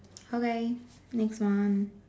okay next one